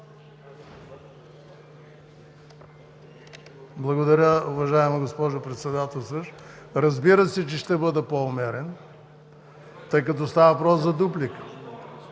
Благодаря. Уважаема госпожо Председателстващ, разбира се, че ще бъда по-умерен, тъй като става въпрос за дуплика.